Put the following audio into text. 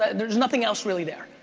there's nothing else really there.